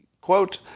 quote